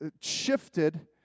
shifted